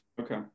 Okay